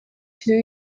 two